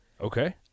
Okay